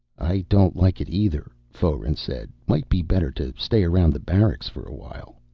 i don't like it either, foeren said. might be better to stay around the barracks for a while.